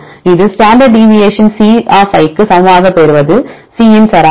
இது standard deviation C க்கு சமமாக பெறுவது C ன் சராசரி